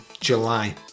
July